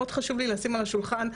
מאוד חשוב לי לשים על השולחן,